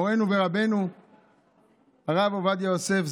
מורנו ורבנו הרב עובדיה יוסף,